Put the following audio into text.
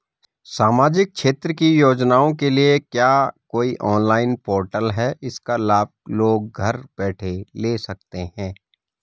सामाजिक क्षेत्र की योजनाओं के लिए क्या कोई ऑनलाइन पोर्टल है इसका लाभ लोग घर बैठे ले सकते हैं?